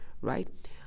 right